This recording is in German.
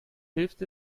hilft